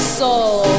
soul